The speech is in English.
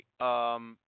right